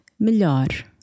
melhor